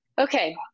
Okay